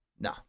no